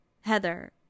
Heather